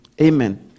Amen